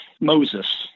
Moses